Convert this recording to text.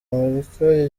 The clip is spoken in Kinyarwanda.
amerika